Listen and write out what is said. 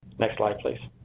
next slide please.